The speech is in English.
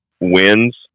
wins